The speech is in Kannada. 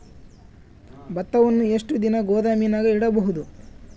ಭತ್ತವನ್ನು ಎಷ್ಟು ದಿನ ಗೋದಾಮಿನಾಗ ಇಡಬಹುದು?